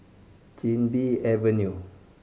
Chin Bee Avenue